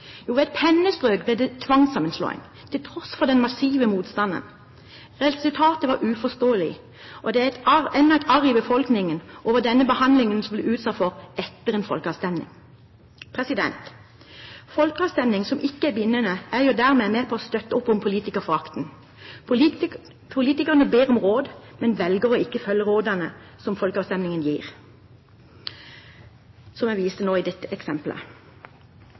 Jo, ved et pennestrøk ble det tvangssammenslåing, til tross for den massive motstanden. Resultatet var uforståelig, og det er ennå et arr i befolkningen over denne behandlingen som man ble utsatt for etter en folkeavstemning. Folkeavstemninger som ikke er bindende, er jo dermed med på å støtte opp om politikerforakten. Politikerne ber om råd, men velger ikke å følge de rådene som folkeavstemningen gir, som jeg viste i dette